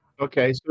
Okay